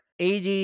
AD